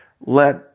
let